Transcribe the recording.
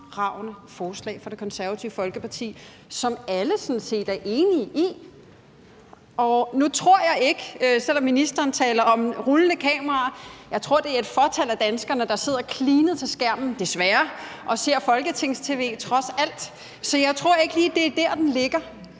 forslag fra Det Konservative Folkeparti, som alle sådan set er enige i. Selv om ministeren taler om rullende kameraer, tror jeg, at det er et fåtal af danskerne, der sidder klinet til skærmen – desværre – og ser folketings-tv, trods alt. Så jeg tror ikke lige, at det er der, den ligger.